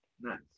nice